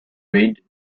red